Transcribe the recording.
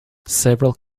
several